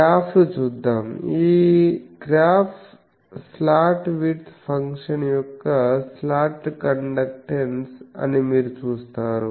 గ్రాఫ్లు చూద్దాం ఈ గ్రాఫ్ స్లాట్ విడ్త్ ఫంక్షన్ యొక్క స్లాట్ కండక్టెన్స్ అని మీరు చూస్తారు